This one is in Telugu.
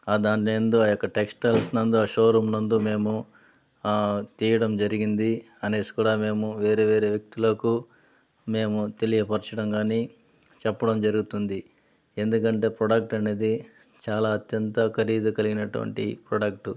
ఆ దానియందు ఆ యొక్క టెక్స్టైల్స్ నందు ఆ షోరూమ్ నందు మేము తీయడం జరిగింది అనేసి కూడ మేము వేరే వేరే వ్యక్తులకు మేము తెలియపరచటం కానీ చెప్పడం జరుగుతుంది ఎందుకంటే ప్రొడక్ట్ అనేది చాలా అత్యంత ఖరీదు కలిగినటువంటి ప్రొడక్టు